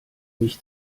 mich